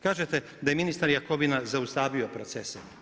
Kažete da je ministar Jakovina zaustavio procese.